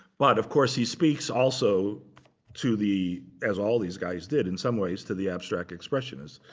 but of course, he speaks also to the, as all these guys did in some ways, to the abstract expressionist.